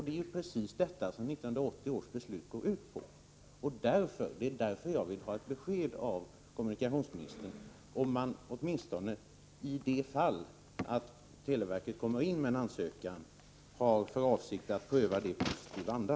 Det är precis detta som 1980 års beslut går ut på. Därför vill jag ha ett besked från kommunikations ministern om man har för avsikt att, ifall televerket kommer in med en ansökan, pröva den i positiv anda.